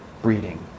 breeding